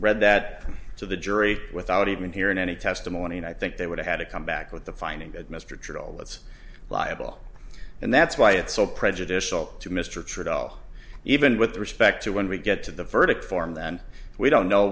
read that to the jury without even hearing any testimony and i think they would have had to come back with the finding that mr traill that's liable and that's why it's so prejudicial to mr treadwell even with respect to when we get to the verdict form then we don't know